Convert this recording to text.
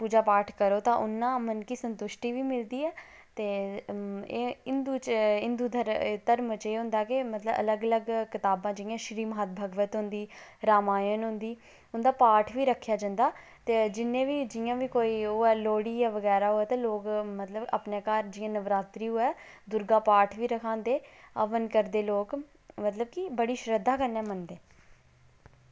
जिन्ना पूजा पाठ करो मनै गी उन्नी गै संतुश्टि मिलदी ऐ ते हिंदु धर्म च एह् होंदा की अलग अलग कताबां होंदियां जि'यां की श्रीमद्भगवद कथा रामायण होंदी उं'दा पाठ बी रक्खेआ जंदा ते जि'यां गै लोह्ड़ी होऐ मतलब कि नवरात्रोेे होऐ ते मतलब अपने घर दुर्गा पाठ बी रक्खांदे हवन करदे लोग मतलब कि बड़ी शरधा कन्नै करदे